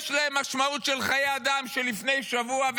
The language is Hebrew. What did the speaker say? יש להם משמעות לחיי אדם מלפני שבוע,